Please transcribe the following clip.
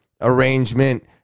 arrangement